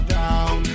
down